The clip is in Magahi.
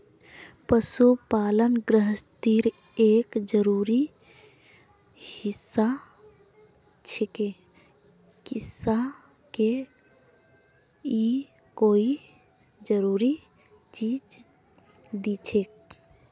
पशुपालन गिरहस्तीर एक जरूरी हिस्सा छिके किसअ के ई कई जरूरी चीज दिछेक